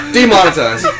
Demonetize